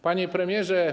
Panie Premierze!